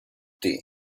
tea